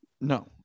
No